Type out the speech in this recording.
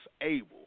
able